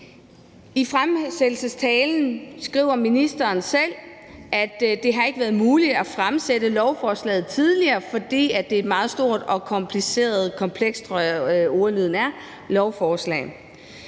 I fremsættelsestalen skriver ministeren selv, at det ikke har været muligt at fremsætte lovforslaget tidligere, fordi det er et meget stort og komplekst, tror jeg ordlyden er, lovforslag.